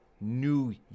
new